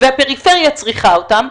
והפריפריה צריכה אותם,